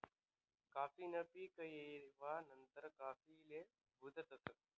काफी न पीक येवा नंतर काफीले भुजतस